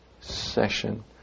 session